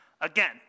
Again